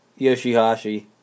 Yoshihashi